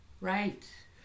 Right